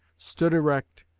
stood erect,